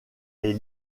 les